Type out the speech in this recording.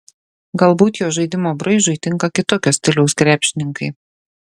galbūt jo žaidimo braižui tinka kitokio stiliaus krepšininkai